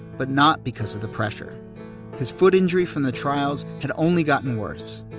but not because of the pressure his foot injury from the trials had only gotten worse.